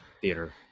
theater